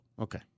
Okay